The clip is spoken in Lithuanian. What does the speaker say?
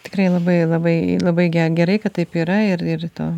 tikrai labai labai labai ge gerai kad taip yra ir ir to